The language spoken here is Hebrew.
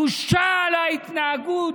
בושה על ההתנהגות,